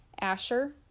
Asher